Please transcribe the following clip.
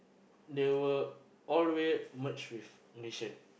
they were all the way merged with Malaysian